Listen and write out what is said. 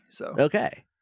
Okay